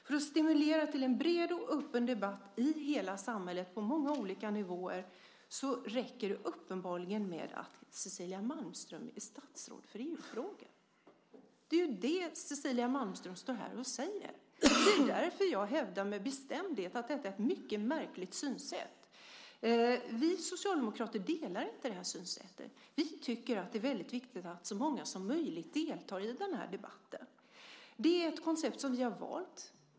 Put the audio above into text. För att stimulera till en bred och öppen debatt i hela samhället på många olika nivåer räcker det uppenbarligen med att Cecilia Malmström är statsråd för EU-frågor. Det är ju det Cecilia Malmström står här och säger. Det är därför jag hävdar med bestämdhet att detta är ett mycket märkligt synsätt. Vi socialdemokrater delar inte det här synsättet. Vi tycker att det är väldigt viktigt att så många som möjligt deltar i den här debatten. Det är ett koncept som vi har valt.